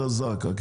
א-זרקא.